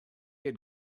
had